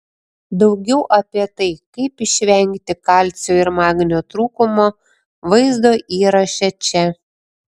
daugiau apie tai kaip išvengti kalcio ir magnio trūkumo vaizdo įraše čia